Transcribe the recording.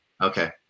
okay